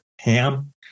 ham